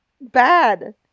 bad